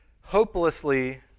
hopelessly